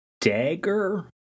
dagger